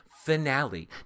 Finale